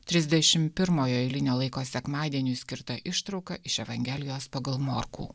trisdešim pirmojo eilinio laiko sekmadieniui skirta ištrauka iš evangelijos pagal morkų